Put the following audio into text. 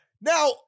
Now